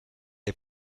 les